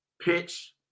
pitch